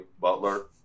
Butler